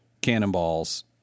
cannonballs